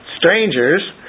strangers